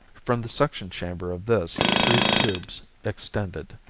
from the suction chamber of this three tubes extended.